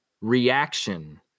reaction